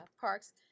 Parks